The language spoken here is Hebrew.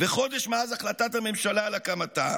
וחודש מאז החלטת הממשלה על הקמתה,